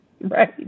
Right